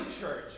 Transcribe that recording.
church